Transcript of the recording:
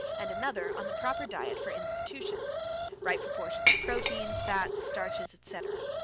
and another on the proper diet for institutions right proportions of proteins, fats, starches, etc.